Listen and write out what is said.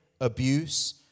abuse